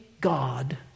God